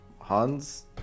Han's